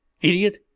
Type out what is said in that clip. Idiot